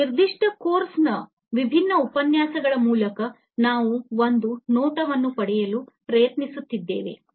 ಈ ನಿರ್ದಿಷ್ಟ ಕೋರ್ಸ್ ನ ವಿಭಿನ್ನ ಉಪನ್ಯಾಸಗಳ ಮೂಲಕ ನಾವು ಒಂದು ನೋಟವನ್ನು ಪಡೆಯಲು ಪ್ರಯತ್ನಿಸುತ್ತಿದ್ದೇವೆ